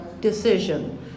decision